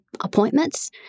appointments